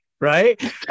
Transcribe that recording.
right